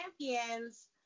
champions